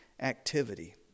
activity